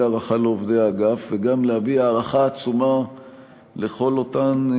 הערכה לעובדי האגף וגם להביע הערכה עצומה לכל אותן,